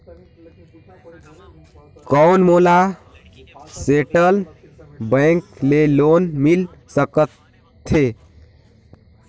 कौन मोला central bank ले लोन मिल सकथे?